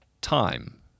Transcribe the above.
time